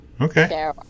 Okay